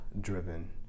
driven